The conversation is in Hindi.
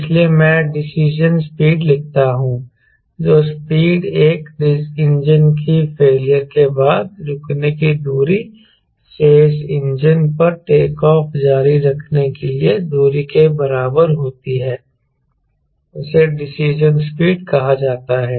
इसलिए मैं डिसीजन स्पीड लिखता हूं जो स्पीड एक इंजन की फेलियर के बाद रुकने की दूरी शेष इंजन पर टेकऑफ़ जारी रखने के लिए दूरी के बराबर होती है उसे डिसीजन स्पीड कहा जाता है